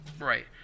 Right